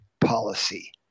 policy